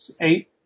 eight